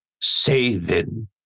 saving